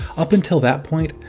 up until that point,